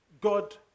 God